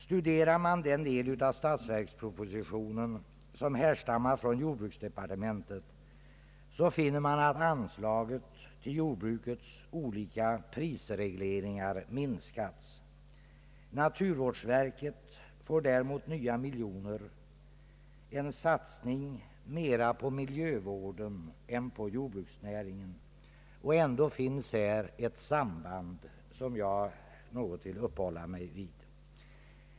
Studerar man den del av statsverkspropositionen som härstammar från jordbruksdepartementet, finner man att anslaget till jordbrukets olika prisregleringar minskats. Naturvårdsverket får däremot nya miljoner, en satsning mera på miljövården än på jordbruksnäringen. Ändå finns här ett samband som jag skall uppehålla mig vid.